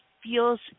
feels